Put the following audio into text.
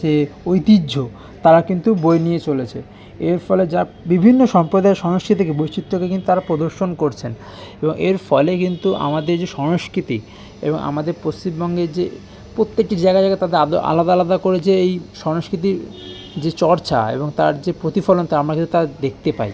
যে ঐতিহ্য তারা কিন্তু বয়ে নিয়ে চলেছে এর ফলে যা বিভিন্ন সম্প্রদায় সংস্কৃতিকে বৈচিত্রকে কিন্তু তারা প্রদর্শন করছেন এবং এর ফলে কিন্তু আমাদের যে সংস্কৃতি এবং আমাদের পশ্চিমবঙ্গের যে প্রত্যেকটি জায়গায় জায়গায় তাদের আলাদা আলাদা করে যে এই সংস্কৃতির যে চর্চা এবং তার যে প্রতিফলন তা আমরা কিন্তু তা দেখতে পাই